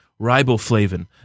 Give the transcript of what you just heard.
riboflavin